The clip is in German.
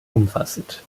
umfassend